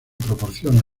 proporciona